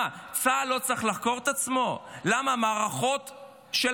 אחרי המלחמה.